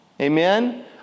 amen